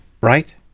Right